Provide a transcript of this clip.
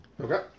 Okay